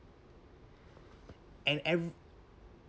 and ev~